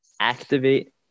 Activate